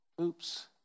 oops